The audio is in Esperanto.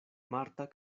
marta